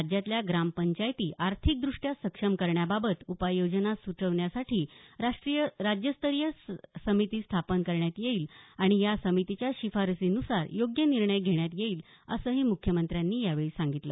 राज्यातल्या ग्रामपंचायती आर्थिकदृष्ट्या सक्षम करण्याबाबत उपाययोजना सुचविण्यासाठी राज्यस्तरीय समिती स्थापन करण्यात येईल आणि या समितीच्या शिफारशीनुसार योग्य निर्णय घेण्यात येईल असंही म्ख्यमंत्र्यांनी यावेळी सांगितलं